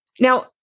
Now